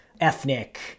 ethnic